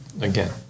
again